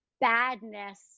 badness